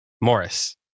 Morris